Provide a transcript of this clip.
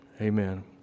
amen